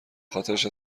خاطرش